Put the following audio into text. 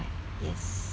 yes